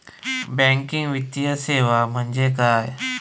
Banking वित्तीय सेवा म्हणजे काय?